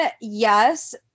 yes